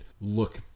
look